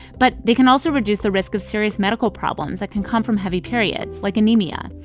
but they can also reduce the risk of serious medical problems that can come from heavy periods, like anemia.